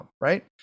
right